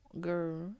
girl